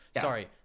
Sorry